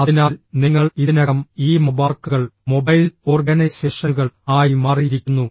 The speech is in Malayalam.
അതിനാൽ നിങ്ങൾ ഇതിനകം ഈ മൊബാർക്കുകൾ മൊബൈൽ ഓർഗനൈസേഷനുകൾ ആയി മാറിയിരിക്കുന്നു